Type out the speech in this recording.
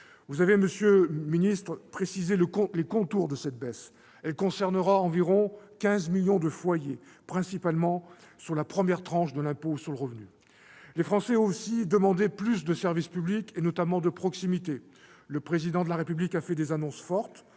Vous avez, monsieur le ministre, précisé les contours de cette baisse. Elle concernera environ 15 millions de foyers, principalement sur la première tranche de l'impôt sur le revenu. Les Français ont aussi demandé plus de services publics, notamment de proximité. Le Président de la République a fait des annonces fortes,